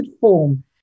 form